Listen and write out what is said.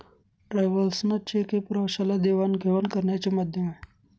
travellers cheque हे प्रवाशाला देवाणघेवाण करण्याचे माध्यम आहे